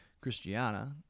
Christiana